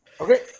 Okay